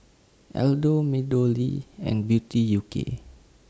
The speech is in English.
Aldo Meadowlea and Beauty U K